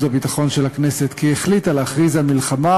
והביטחון של הכנסת כי החליטה להכריז מלחמה,